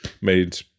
made